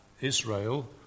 Israel